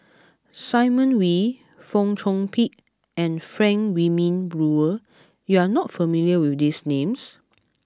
Simon Wee Fong Chong Pik and Frank Wilmin Brewer you are not familiar with these names